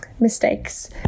mistakes